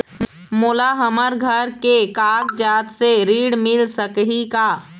मोला हमर घर के कागजात से ऋण मिल सकही का?